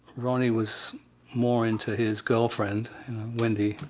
ronnie was more into his girlfriend wendy,